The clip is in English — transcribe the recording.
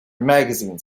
magazine